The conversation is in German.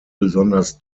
besonders